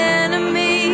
enemy